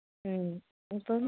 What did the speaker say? മ് അപ്പം